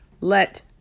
let